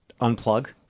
unplug